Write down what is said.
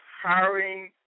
hiring